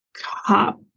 cop